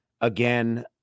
again